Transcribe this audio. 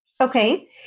Okay